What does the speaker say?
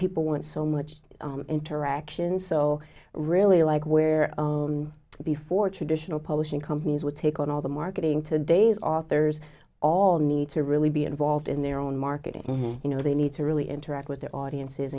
people want so much interaction so really like where before traditional publishing companies would take on all the marketing today's authors all need to really be involved in their own marketing you know they need to really interact with their audience